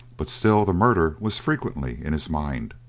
but still the murder was frequently in his mind.